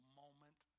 moment